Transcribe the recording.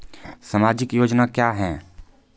समाजिक योजना क्या हैं?